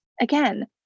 Again